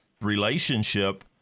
relationship